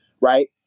right